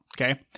okay